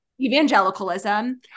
evangelicalism